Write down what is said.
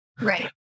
Right